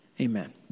amen